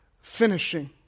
finishing